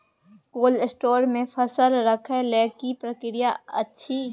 Cold store मे फसल रखय लेल की प्रक्रिया अछि?